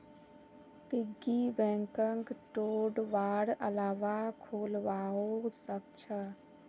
piggy बैंकक तोडवार अलावा खोलवाओ सख छ